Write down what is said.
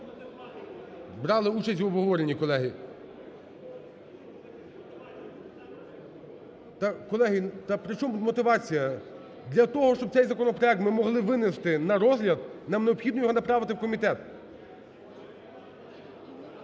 брали участь в обговоренні, колеги. Колеги, да при чому тут мотивація? Для того, щоб цей законопроект ми могли винести на розгляд, нам необхідно його направити в комітет.